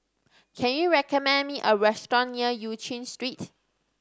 can you recommend me a restaurant near Eu Chin Street